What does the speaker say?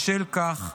בשל כך,